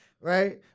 Right